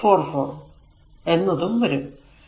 44 എന്നതും വരും